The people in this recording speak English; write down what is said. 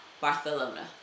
Barcelona